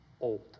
Old